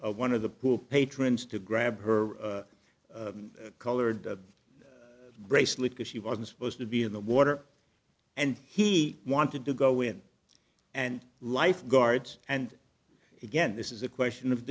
one of the pool patrons to grab her colored bracelet because she wasn't supposed to be in the water and he wanted to go in and lifeguards and again this is a question of